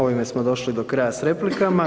Ovime smo došli do kraja s replikama.